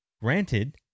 granted